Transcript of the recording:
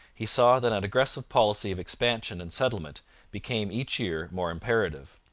he saw that an aggressive policy of expansion and settlement became each year more imperative.